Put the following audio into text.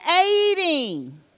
aiding